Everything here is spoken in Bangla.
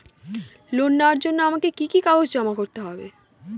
লোন নেওয়ার জন্য আমাকে কি কি কাগজ জমা করতে হবে?